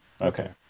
Okay